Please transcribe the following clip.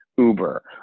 Uber